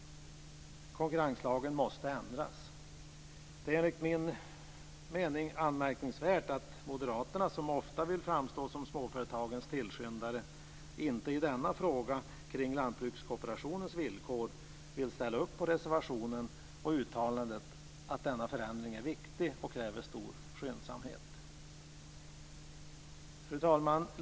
Konkurrenslagen måste ändras. Det är enligt min mening anmärkningsvärt att moderaterna, som ofta vill framstå som småföretagens tillskyndare, inte i denna fråga, kring lantbrukskooperationens villkor, vill ställa upp på reservationen och uttala att denna förändring är viktig och kräver stor skyndsamhet. Fru talman!